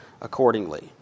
accordingly